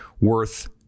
worth